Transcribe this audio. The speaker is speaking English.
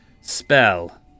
spell